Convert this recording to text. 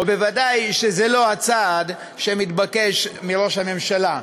וודאי שזה לא הצעד שמתבקש מראש הממשלה.